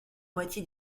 moitié